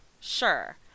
Sure